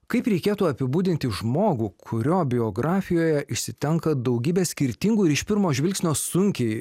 kaip reikėtų apibūdinti žmogų kurio biografijoje išsitenka daugybė skirtingų ir iš pirmo žvilgsnio sunkiai